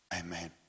Amen